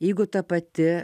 jeigu ta pati